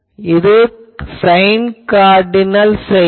இது sign cardinal செயலி